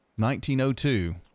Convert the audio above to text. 1902